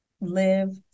live